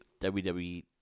wwe